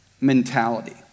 mentality